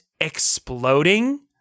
exploding